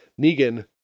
Negan